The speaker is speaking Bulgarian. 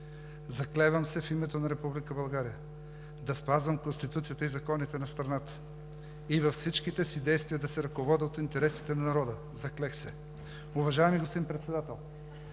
представители стават) да спазвам Конституцията и законите на страната и във всичките си действия да се ръководя от интересите на народа. Заклех се!“ Уважаеми господин Председател,